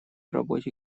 работе